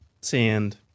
Sand